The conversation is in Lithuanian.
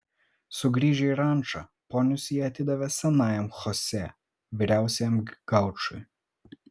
sugrįžę į rančą ponius jie atidavė senajam chosė vyriausiajam gaučui